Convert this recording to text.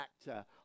actor